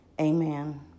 Amen